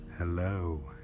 Hello